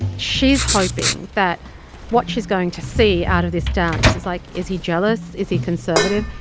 she's hoping that what she's going to see out of this dance is, like, is he jealous? is he conservative?